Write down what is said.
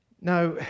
Now